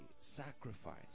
sacrifice